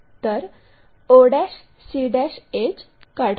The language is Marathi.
तर o c एड्ज काढू